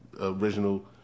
original